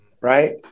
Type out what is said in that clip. right